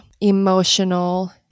emotional